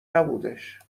نبودش